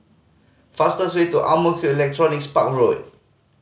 fastest way to Ang Mo Kio Electronics Park Road